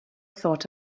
thought